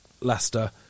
Leicester